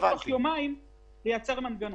אי אפשר תוך יומיים לייצר מנגנון.